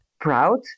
Proud